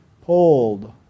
pulled